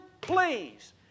please